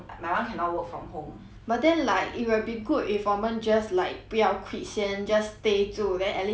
but then like it will be good if 我们 just like 不要 quit 先 just stay 住 then at least 现在我们就不会 worry about